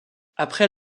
après